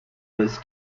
was